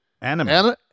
anime